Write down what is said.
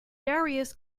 darius